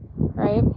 right